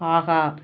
ஆஹா